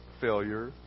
failure